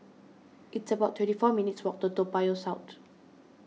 it's about twenty four minutes' walk to Toa Payoh South